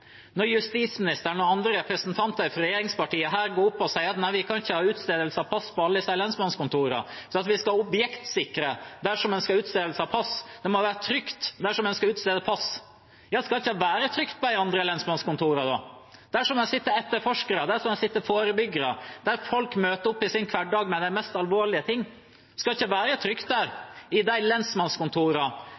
Når justisministeren og representanter for regjeringspartiene går opp her og sier: Vi kan ikke ha utstedelse av pass på alle disse lensmannskontorene, for vi må objektsikre dersom det skal utstedes pass, det må være trygt dersom en skal utstede pass. Skal det ikke være trygt på de andre lensmannskontorene? Der sitter det etterforskere og forebyggere, og der møter folk opp med de mest alvorlige tingene i hverdagen sin. Skal det ikke være trygt på de lensmannskontorene som er igjen etter reformen? Etter en massiv sentralisering var poenget nettopp at de